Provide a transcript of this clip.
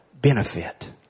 benefit